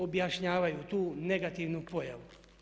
Objašnjavaju tu negativnu pojavu.